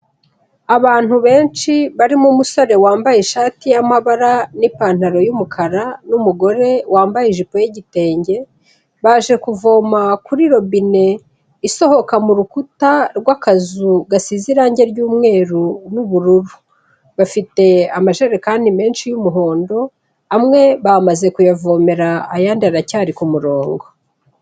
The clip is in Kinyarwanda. Abantu benshi barimo umusore wambaye ishati y'amabara n'ipantaro y'umukara n'umugore wambaye ijipo y'igitenge, baje kuvoma kuri robine isohoka mu rukuta rw'akazu gasize irange ry'umweru n'ubururu, bafite amajerekani menshi y'umuhondo, amwe bamaze kuyavomera ayandi aracyari ku murongo.